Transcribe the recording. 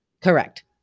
Correct